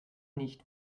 nicht